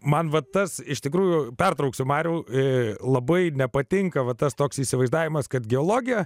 man va tas iš tikrųjų pertrauksiu marių į labai nepatinka va tas toks įsivaizdavimas kad geologija